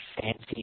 fancy –